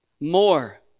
more